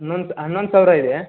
ಹನ್ನೊಂದು ಹನ್ನೊಂದು ಸಾವಿರ ಇದೆ